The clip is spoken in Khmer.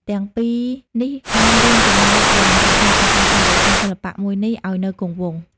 ទាំងពីរនេះបានរួមចំណែកយ៉ាងសំខាន់ក្នុងការថែរក្សាសិល្បៈមួយនេះឱ្យនៅគង់វង្ស។